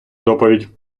доповідь